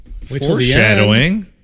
Foreshadowing